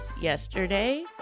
Yesterday